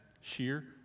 Sheer